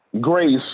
grace